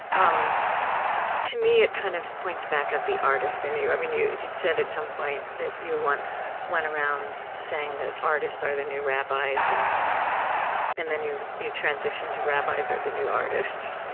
um to me, it kind of points back at the artist in you. i mean you'd said at some point that you once went around saying that artists are the new rabbis, and and then you you transitioned to rabbis are the new artists.